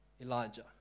Elijah